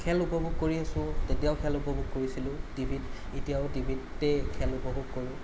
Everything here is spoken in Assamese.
খেল উপভোগ কৰি আছো তেতিয়াও খেল উপভোগ কৰিছিলোঁ টিভিত এতিয়াও টিভিতেই খেল উপভোগ কৰোঁ